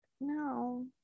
No